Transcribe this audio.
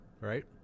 right